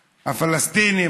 הפלסטינים,